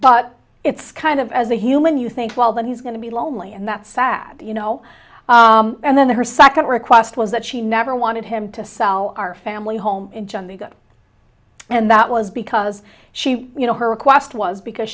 but it's kind of as a human you think well that he's going to be lonely and that's sad you know and then her second request was that she never wanted him to sell our family home and that was because she you know her request was because